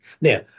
Now